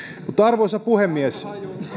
arvoisa puhemies